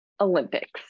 Olympics